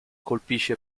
colpisce